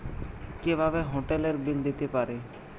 কিভাবে হোটেলের বিল দিতে পারি?